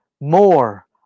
more